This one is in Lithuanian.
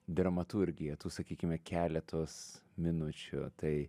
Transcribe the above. dramaturgija tų sakykime keletos minučių tai